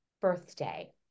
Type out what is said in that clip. birthday